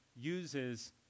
uses